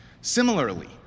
Similarly